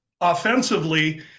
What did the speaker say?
offensively